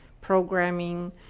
programming